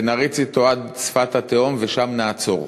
ונריץ אותו עד שפת התהום ושם נעצור.